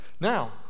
Now